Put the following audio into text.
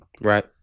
Right